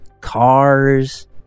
cars